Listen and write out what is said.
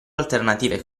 alternative